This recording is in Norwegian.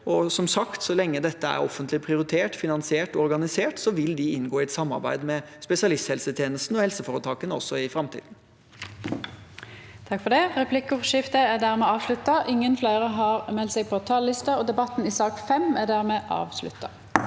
Så lenge dette er offentlig prioritert, finansiert og organisert, vil de inngå i et samarbeid med spesialisthelsetjenesten og helseforetakene også i framtiden.